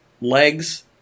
legs